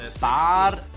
Bar